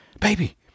Baby